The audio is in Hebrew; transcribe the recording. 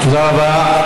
תודה רבה.